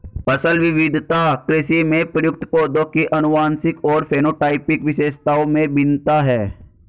फसल विविधता कृषि में प्रयुक्त पौधों की आनुवंशिक और फेनोटाइपिक विशेषताओं में भिन्नता है